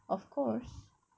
of course